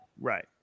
right